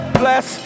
bless